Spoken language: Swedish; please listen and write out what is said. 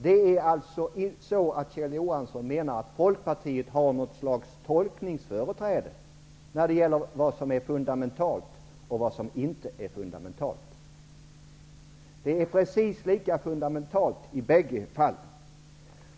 Det är alltså så, att Kjell Johansson menar att Folkpartiet har något slags tolkningsföreträde när det gäller vad som är fundamentalt och vad som inte är fundamentalt. Det är precis lika fundamentalt i bägge fallen.